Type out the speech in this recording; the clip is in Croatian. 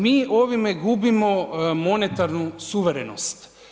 MI ovime gubimo monetarnu suverenost.